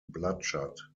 bloodshot